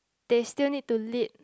they still need to lead